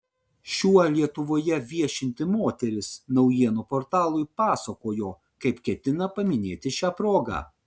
šiuo lietuvoje viešinti moteris naujienų portalui pasakojo kaip ketina paminėti šią progą